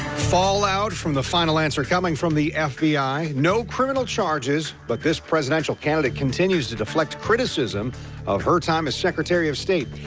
fall out from the final answer coming from the fbi, no crimin charges but this presidential candidate continues to defle criticism of her time as secretary of state.